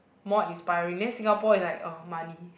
more inspiring then Singapore is like (uh huh) money